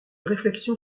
réflexion